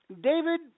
David